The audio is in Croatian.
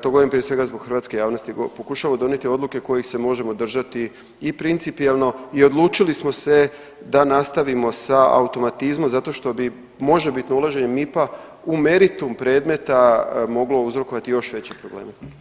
to govorim prije svega zbog hrvatske javnosti, pokušavamo donijeti odluke kojih se možemo držati i principijelno i odlučili smo se da nastavimo sa automatizmom zato što bi možebitno ulaženje MIP-a u meritum predmeta moglo uzrokovati još veće probleme.